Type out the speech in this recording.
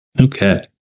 Okay